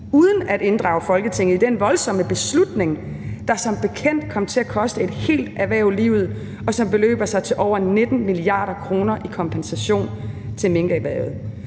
uden at inddrage Folketinget i den her voldsomme beslutning, der som bekendt kom til at koste et helt erhverv livet, og som beløber sig til over 19 mia. kr. i kompensation til minkerhvervet.